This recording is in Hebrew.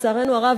לצערנו הרב,